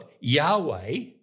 Yahweh